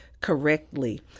correctly